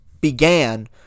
began